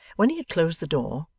when he had closed the door,